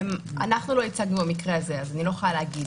אנחנו לא הצגנו במקרה הזה, אז אני לא יכולה להגיד.